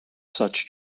such